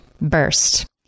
burst